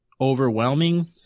overwhelming